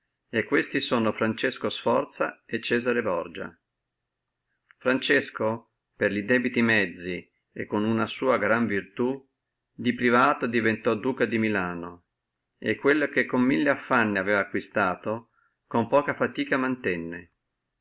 e questi sono francesco sforza e cesare borgia francesco per li debiti mezzi e con una gran virtù di privato diventò duca di milano e quello che con mille affanni aveva acquistato con poca fatica mantenne